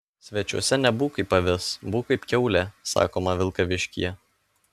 svečiuose nebūk kaip avis būk kaip kiaulė sakoma vilkaviškyje